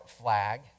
flag